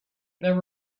there